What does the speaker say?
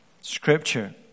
Scripture